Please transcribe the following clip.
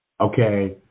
okay